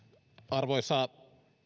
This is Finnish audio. arvoisa